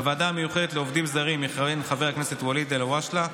בוועדה המיוחדת לעובדים זרים יכהן חבר הכנסת ואליד אלהואשלה,